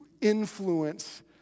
influence